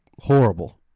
Horrible